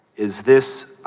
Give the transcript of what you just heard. is this,